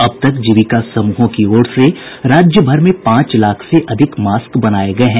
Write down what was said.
अब तक जीविका समूहों की ओर से राज्यभर में पांच लाख से अधिक मास्क बनाये गये हैं